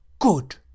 Good